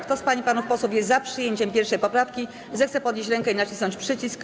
Kto z pań i panów posłów jest za przyjęciem 1. poprawki, zechce podnieść rękę i nacisnąć przycisk.